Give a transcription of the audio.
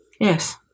Yes